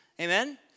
amen